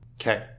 Okay